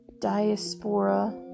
diaspora